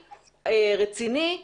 רציני,